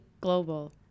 global